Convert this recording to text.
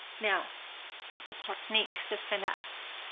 now the technique, the finesse,